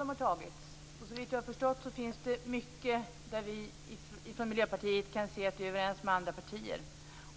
Herr talman! Ja, kontakterna har tagits. Såvitt jag har förstått finns det många frågor där vi i Miljöpartiet är överens med andra partier.